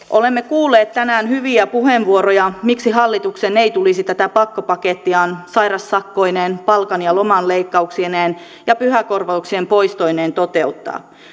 olemme kuulleet tänään hyviä puheenvuoroja miksi hallituksen ei tulisi tätä pakkopakettiaan sairaussakkoineen palkan ja lomanleikkauksineen ja pyhäkorvauksien poistoineen toteuttaa